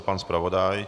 Pan zpravodaj?